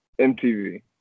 MTV